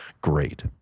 great